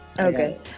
Okay